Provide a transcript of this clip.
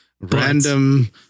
random